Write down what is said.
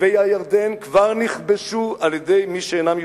ו"הירדן" כבר נכבשו על-ידי מי שאינם יהודים.